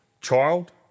child